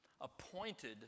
appointed